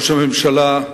ראש הממשלה,